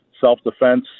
self-defense